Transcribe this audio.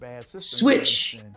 switch